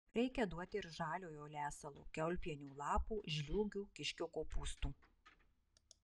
reikia duoti ir žaliojo lesalo kiaulpienių lapų žliūgių kiškio kopūstų